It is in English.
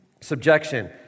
Subjection